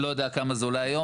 אני לא יודע כמה זה היום,